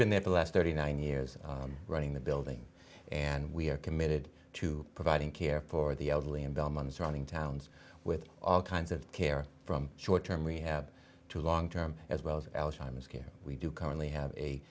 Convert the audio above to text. been there for the last thirty nine years running the building and we are committed to providing care for the elderly in belmont surrounding towns with all kinds of care from short term rehab to long term as well as alzheimer's care we do currently have a